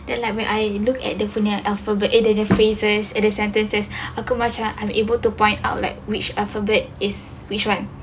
like when I love at their punya alphabets eh dari phrases and the sentences aku macam unable to find out like which alphabets is which one